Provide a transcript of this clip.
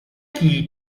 qui